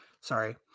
Sorry